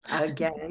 again